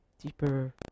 Deeper